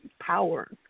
power